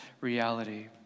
reality